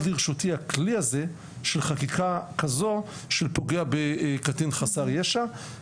לרשותי הכלי הזה של חקיקה כזאת של מי שפוגע בקטין חסר ישע.